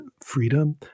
freedom